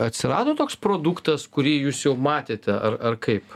atsirado toks produktas kurį jūs jau matėte ar ar kaip